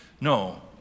No